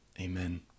Amen